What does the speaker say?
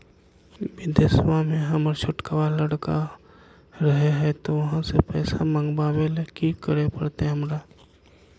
बिदेशवा में हमर छोटका लडकवा रहे हय तो वहाँ से पैसा मगाबे ले कि करे परते हमरा?